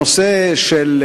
הנושא של,